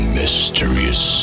mysterious